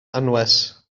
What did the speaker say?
anwes